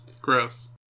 Gross